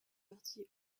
parties